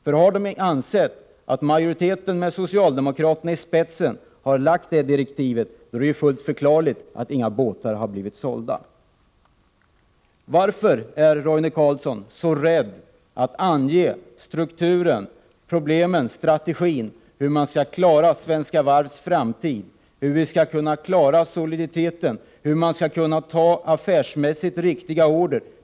Ledningen har ansett att majoriteten med socialdemokraterna i spetsen har utfärdat ett sådant direktiv, och då är det fullt förklarligt att inga båtar har blivit sålda. Varför är Roine Carlsson så rädd för att gå in på problemstrukturen och att ange strategin för hur man skall klara Svenska Varvs framtid, hur soliditeten skall klaras och hur man skall kunna ta upp affärsmässigt riktiga order?